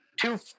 two